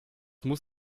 muss